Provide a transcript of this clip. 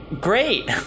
Great